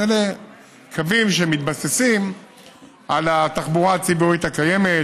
אלה קווים שמתבססים על התחבורה הציבורית הקיימת,